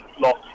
lost